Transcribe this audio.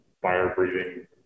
fire-breathing